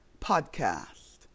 podcast